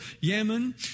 yemen